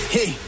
Hey